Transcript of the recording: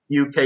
UK